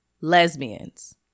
Lesbians